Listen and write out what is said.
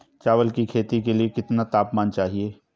चावल की खेती के लिए कितना तापमान चाहिए?